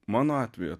mano atveju